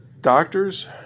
Doctors